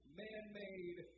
man-made